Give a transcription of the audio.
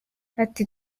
ati